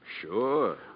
Sure